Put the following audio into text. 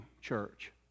church